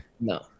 No